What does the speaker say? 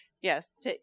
yes